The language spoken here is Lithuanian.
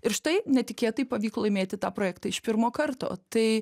ir štai netikėtai pavyko laimėti tą projektą iš pirmo karto tai